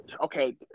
Okay